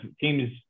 teams